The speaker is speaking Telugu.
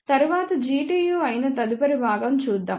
తరువాత Gtu అయిన తదుపరి భాగం చూద్దాము